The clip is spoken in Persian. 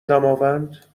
دماوند